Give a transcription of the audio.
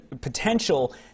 potential